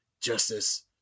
justice